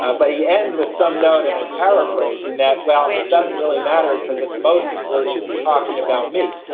ah but he ends with some doubt, and i'm paraphrasing that, well, it doesn't really matter because what's most important is he's talking about me.